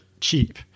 cheap